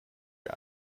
guy